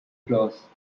close